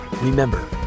Remember